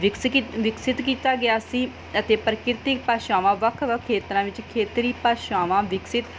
ਵਿਕਸਿਤ ਵਿਕਸਿਤ ਕੀਤਾ ਗਿਆ ਸੀ ਅਤੇ ਪ੍ਰਕਿਰਤਿਕ ਭਾਸ਼ਾਵਾਂ ਵੱਖ ਵੱਖ ਖੇਤਰਾਂ ਵਿੱਚ ਖੇਤਰੀ ਭਾਸ਼ਾ ਵਿਕਸਿਤ